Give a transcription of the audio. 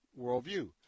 worldview